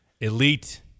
elite